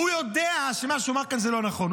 הוא יודע שמה שהוא אמר כאן זה לא נכון,